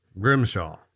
Grimshaw